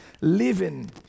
living